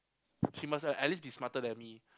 three months right at least be smarter than me